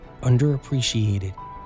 underappreciated